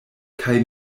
kaj